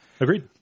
Agreed